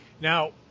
Now